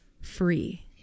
free